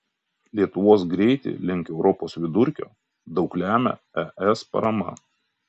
lietuvos greitį link europos vidurkio daug lemia es parama